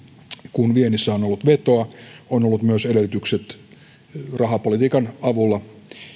kun viennissä on ollut vetoa on ollut myös edellytykset rahapolitiikan avulla